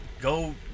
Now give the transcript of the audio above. go